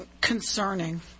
concerning